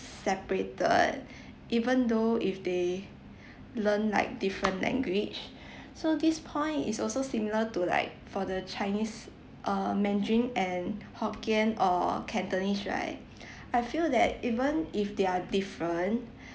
separated even though if they learn like different language so this point is also similar to like for the chinese uh mandarin and hokkien or cantonese right I feel that even if they are different